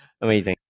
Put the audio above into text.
Amazing